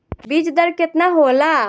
बीज दर केतना होला?